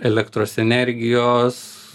elektros energijos